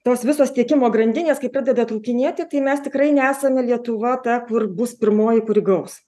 tos visos tiekimo grandinės kai pradeda trūkinėti tai mes tikrai nesame lietuva ta kur bus pirmoji kuri gaus